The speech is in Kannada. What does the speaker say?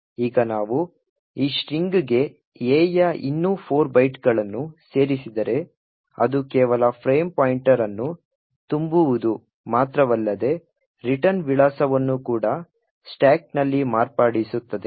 ಈಗ ನಾವು ಈ ಸ್ಟ್ರಿಂಗ್ಗೆ A ಯ ಇನ್ನೂ 4 ಬೈಟ್ಗಳನ್ನು ಸೇರಿಸಿದರೆ ಅದು ಕೇವಲ ಫ್ರೇಮ್ ಪಾಯಿಂಟರ್ ಅನ್ನು ತುಂಬುವುದು ಮಾತ್ರವಲ್ಲದೆ ರಿಟರ್ನ್ ವಿಳಾಸವನ್ನು ಕೂಡ ಸ್ಟಾಕ್ನಲ್ಲಿ ಮಾರ್ಪಡಿಸುತ್ತದೆ